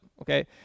okay